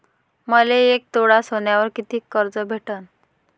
मले एक तोळा सोन्यावर कितीक कर्ज भेटन?